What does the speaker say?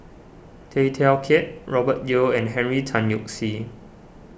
Tay Teow Kiat Robert Yeo and Henry Tan Yoke See